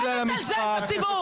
אתה מזלזל בציבור.